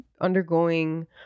undergoing